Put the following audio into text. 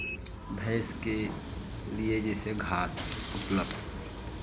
भैंस के लिए जैसे घास उपलब्ध